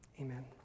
amen